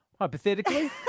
hypothetically